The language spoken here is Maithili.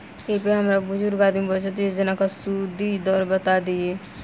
कृपया हमरा बुजुर्ग आदमी बचत योजनाक सुदि दर बता दियऽ